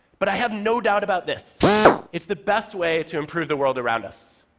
but i have no doubt about this it's the best way to improve the world around us.